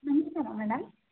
ನಮ್ಸ್ಕಾರ ಮೇಡಮ್